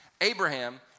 Abraham